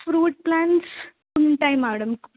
fruit plants ఉంటాయి madam